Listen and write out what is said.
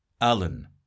Alan